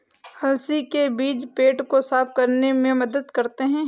अलसी के बीज पेट को साफ़ रखने में मदद करते है